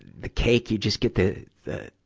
the cake, you just get the, the,